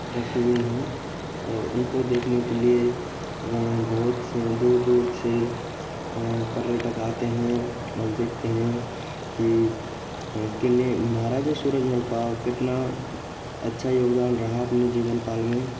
रखी हुई है और उनको देखने के लिए वह बहुत दूर दूर से पर्यटक आते है और देखते है किले महाराजा सूरजमल का कितना अच्छा योगदान रहा जीवनकाल में